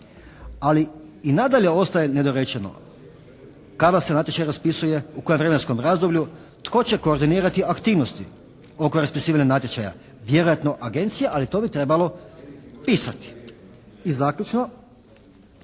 Ali i nadalje ostane nedorečeno. Kada se natječaj raspisuje, u kojem vremenskom razdoblju? Tko će koordinirati aktivnosti oko raspisivanja natječaja? Vjerojatno agencija ali to bi trebalo pisati. I zaključno,